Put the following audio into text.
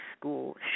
school